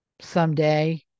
someday